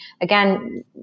Again